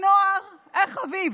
הנוער החביב.